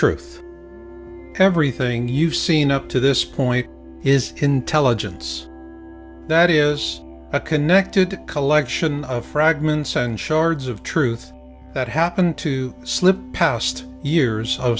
truth everything you've seen up to this point is intelligence that is a connected collection of fragments and shards of truth that happen to slip past years